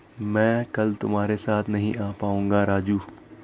मैं कल तुम्हारे साथ नहीं आ पाऊंगा राजू